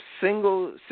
single